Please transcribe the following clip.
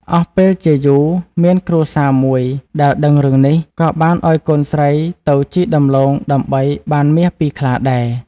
អស់ពេលជាយូរមានគ្រួសារមួយដែលដឹងរឿងនេះ ក៏បានឲ្យកូនស្រីទៅជីកដំឡូងដើម្បីបានមាសពីខ្លាដែរ។